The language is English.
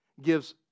Gives